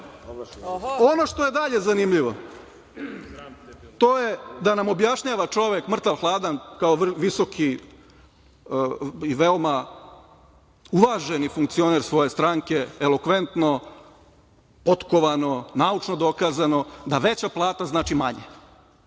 što je dalje zanimljivo to je da nam objašnjava čovek, mrtav hladan, kao visoki i veoma uvaženi funkcioner svoje stranke, elokventno, potkovano, naučno dokazano, da veća plata znači manja.